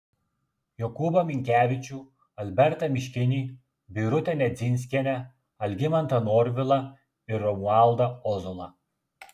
jokūbą minkevičių albertą miškinį birutę nedzinskienę algimantą norvilą ir romualdą ozolą